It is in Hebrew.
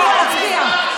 הוא לא אמר שהוא לא מצביע.